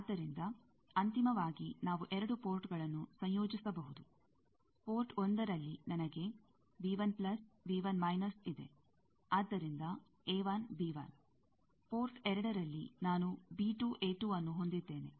ಆದ್ದರಿಂದ ಅಂತಿಮವಾಗಿ ನಾವು ಎರಡು ಪೋರ್ಟ್ಗಳನ್ನು ಸಂಯೋಜಿಸಬಹುದು ಪೋರ್ಟ್ 1ರಲ್ಲಿ ನನಗೆ ಇದೆ ಆದ್ದರಿಂದ ಪೋರ್ಟ್ 2ರಲ್ಲಿ ನಾನು ನ್ನು ಹೊಂದಿದ್ದೇನೆ